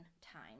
time